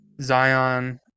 Zion